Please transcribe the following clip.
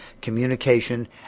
communication